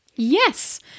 Yes